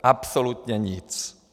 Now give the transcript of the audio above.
Absolutně nic!